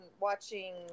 watching